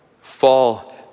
fall